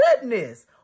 goodness